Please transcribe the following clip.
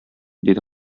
диде